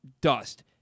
dust